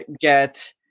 get